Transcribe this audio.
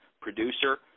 producer